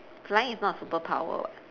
flying is not a superpower [what]